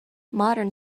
modern